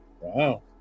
Wow